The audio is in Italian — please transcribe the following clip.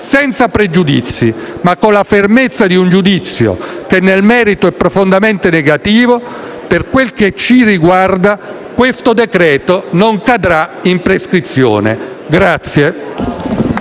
senza pregiudizi ma con la fermezza di un giudizio che nel merito è profondamente negativo e, per quel riguarda questo decreto, non cadrà in prescrizione.